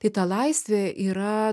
tai ta laisvė yra